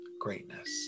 greatness